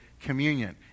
communion